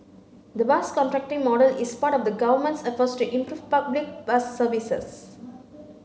the bus contracting model is part of the Government's efforts to improve public bus services